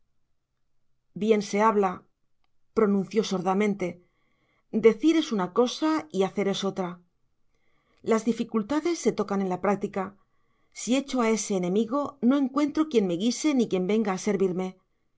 bien se habla pronunció sordamente decir es una cosa y hacer es otra las dificultades se tocan en la práctica si echo a ese enemigo no encuentro quien me guise ni quien venga a servirme